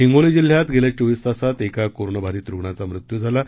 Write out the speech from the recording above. हिंगोली जिल्ह्यात गेल्या चोवीस तासांत एका कोरोनाबाधित रुग्णाचा मृत्यू झाला आहे